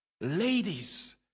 Ladies